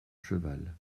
cheval